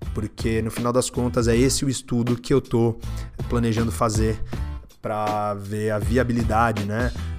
Porque, no final das contas, é esse o estudo que eu tô planejando fazer pra ver a viabilidade, né?